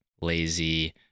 lazy